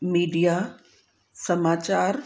media समाचार